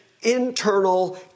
internal